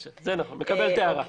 מקבל את ההערה.